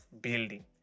building